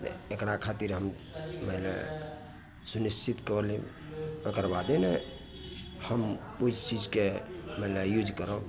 एकरा खातिर हम मानि लिअ सुनिश्चित कऽ लेब तकर बादे ने हम ओहि चीजके मने यूज करब